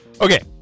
Okay